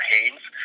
Haynes